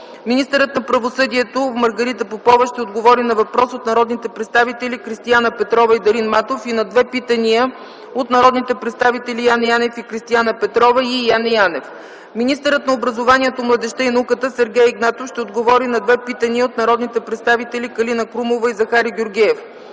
Министърът на правосъдието Маргарита Попова ще отговори на въпрос от народните представители Кристияна Петрова и Дарин Матов и на две питания от народните представители Яне Янев и Кристияна Петрова и Яне Янев. Министърът на образованието, младежта и науката Сергей Игнатов ще отговори на две питания от народните представители Калина Крумова и Захари Георгиев.